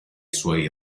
suoi